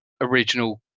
original